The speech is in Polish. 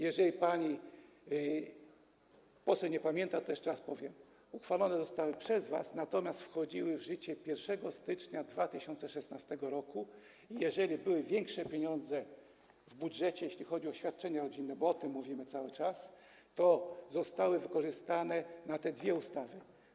Jeżeli pani poseł nie pamięta, to jeszcze raz powiem: uchwalone zostały przez was, natomiast wchodziły w życie 1 stycznia 2016 r. i jeżeli były większe pieniądze w budżecie, jeśli chodzi o świadczenia rodzinne, bo o tym cały czas mówimy, to zostały wykorzystane na te dwie ustawy.